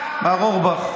מר אורבך,